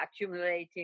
accumulating